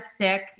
sick